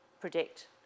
predict